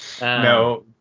No